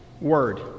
word